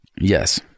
Yes